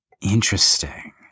Interesting